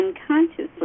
Unconsciously